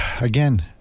again